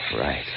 Right